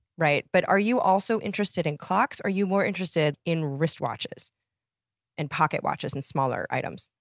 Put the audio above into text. right? but are you also interested in clocks? are you more interested in wristwatches and pocket watches and smaller items?